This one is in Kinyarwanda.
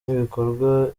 n’ibikorwa